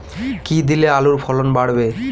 কী দিলে আলুর ফলন বাড়বে?